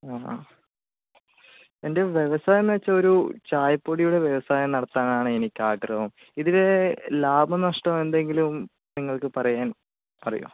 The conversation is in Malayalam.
ആഹാ എൻ്റെ വ്യവസായം എന്ന് വച്ചാൽ ഒരു ചായപ്പൊടിയുടെ വ്യവസായം നടത്താനാണ് എനിക്കാഗ്രഹം ഇതിലേ ലാഭ നഷ്ടം എന്തെങ്കിലും നിങ്ങൾക്ക് പറയാൻ അറിയുമോ